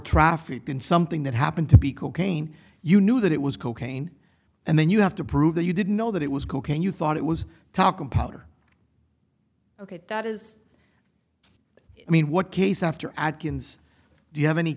trafficked in something that happened to be cocaine you knew that it was cocaine and then you have to prove that you didn't know that it was cocaine you thought it was talking powder ok that is i mean what case after adkins do you have any